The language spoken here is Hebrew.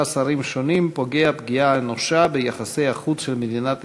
שרים שונים פוגע פגיעה אנושה ביחסי החוץ של מדינת ישראל.